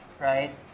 right